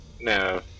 no